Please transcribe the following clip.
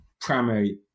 primary